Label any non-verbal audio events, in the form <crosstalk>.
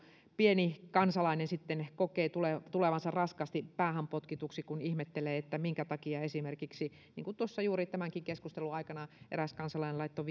pieni kansalainen sitten kokee tulevansa tulevansa raskaasti päähän potkituksi kun ihmettelee että minkä takia esimerkiksi niin kuin tuossa juuri tämänkin keskustelun aikana eräs kansalainen laittoi <unintelligible>